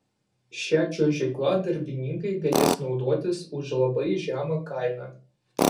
šia čiuožykla darbininkai galės naudotis už labai žemą kainą